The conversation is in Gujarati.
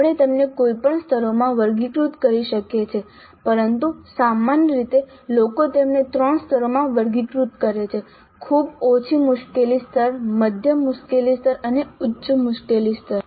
આપણે તેમને કોઈપણ સ્તરોમાં વર્ગીકૃત કરી શકીએ છીએ પરંતુ સામાન્ય રીતે લોકો તેમને 3 સ્તરોમાં વર્ગીકૃત કરે છે ખૂબ ઓછી મુશ્કેલી સ્તર મધ્યમ મુશ્કેલી સ્તર ઉચ્ચ મુશ્કેલી સ્તર